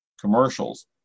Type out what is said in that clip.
commercials